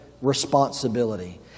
responsibility